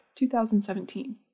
2017